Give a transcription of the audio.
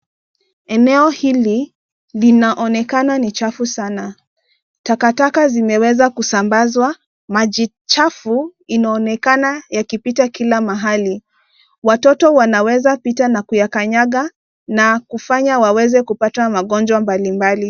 Eneo hili linaonekana ni chafu sana. Takataka zimeweza kusambazwa. Maji chafu inaonekana yakipita kila mahali. Watoto wanaweza pita na kuyakanyaga na kufanya waweze kufanya kupatwa na magonjwa mbalimbali.